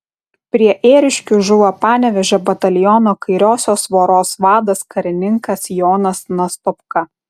prie ėriškių žuvo panevėžio bataliono kairiosios voros vadas karininkas jonas nastopka